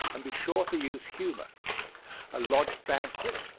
and be sure to use humor a lodge banquet.